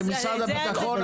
זה משרד הביטחון?